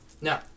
No